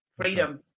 freedom